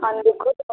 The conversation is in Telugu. అందుకూ